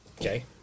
Okay